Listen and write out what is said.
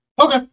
Okay